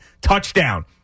Touchdown